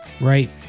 right